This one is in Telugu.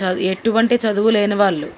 చదు ఎటువంటి చదువు లేని వాళ్ళు